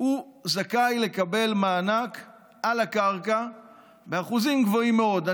זכאי לקבל מענק על הקרקע באחוזים גבוהים מאוד,